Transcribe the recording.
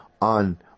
on